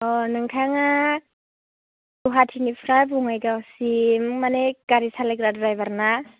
नोंथाङा गुवाहाटिनिफ्राय बङाइगावसिम मानि गारि सालायग्रा द्राइभार ना